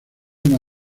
una